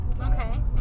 Okay